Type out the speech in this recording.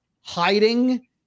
hiding